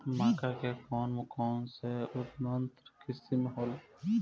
मक्का के कौन कौनसे उन्नत किस्म होला?